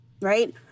right